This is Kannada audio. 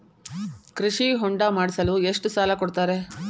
ಕೃಷಿ ಹೊಂಡ ಮಾಡಿಸಲು ಎಷ್ಟು ಸಾಲ ಕೊಡ್ತಾರೆ?